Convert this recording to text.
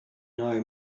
know